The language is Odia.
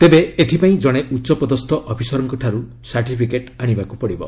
ତେବେ ଏଥିପାଇଁ ଜଣେ ଉଚ୍ଚପଦସ୍ଥ ଅଫିସରଙ୍କଠାରୁ ସାର୍ଟିଫିକେଟ ଆଶିବାକୁ ପଡ଼ିବ